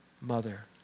mother